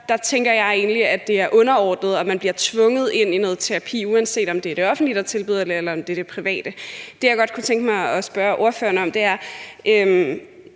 der tænker jeg egentlig, at det er underordnet, om man bliver tvunget ind i noget terapi, uanset om det er det offentlige, der tilbyder det, eller om det er det private. Jeg kan godt se det her med, at der er mange mennesker,